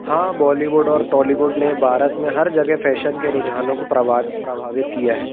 हाँ बॉलीवुड और टॉलीवुड ने भारत में हर जगह फैशन के रुझानों को प्रभावित किया है